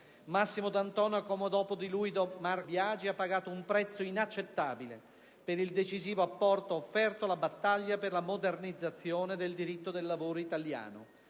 Marco Biagi - ha pagato un prezzo inaccettabile per il decisivo apporto offerto alla battaglia per la modernizzazione del diritto del lavoro italiano.